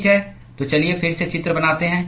ठीक है तो चलिए फिर से चित्र बनाते हैं